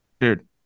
dude